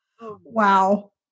Wow